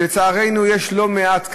ולצערנו יש לא מעט כאלה,